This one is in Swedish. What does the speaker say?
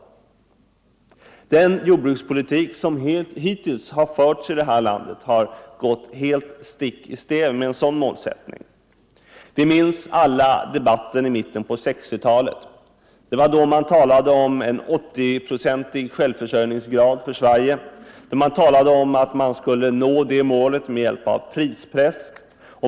tiken Den jordbrukspolitik som hittills har förts i det här landet har gått helt stick i stäv mot en sådan målsättning. Vi minns alla debatten i mitten av 1960-talet. Det var då man talade om en 80-procentig självförsörjningsgrad för Sverige och sade att det målet skulle nås med hjälp av prispress.